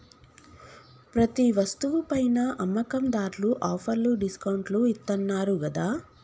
ప్రతి వస్తువు పైనా అమ్మకందార్లు ఆఫర్లు డిస్కౌంట్లు ఇత్తన్నారు గదా